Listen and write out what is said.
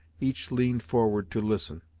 each leaned forward to listen.